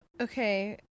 Okay